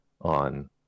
on